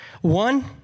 One